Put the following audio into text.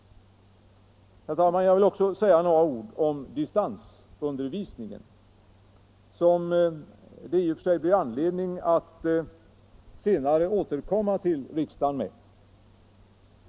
Herr talman! Jag vill också säga några ord om distansundervisningen, som det i och för sig blir anledning att senare återkomma till riksdagen med.